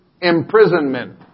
imprisonment